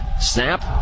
snap